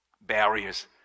barriers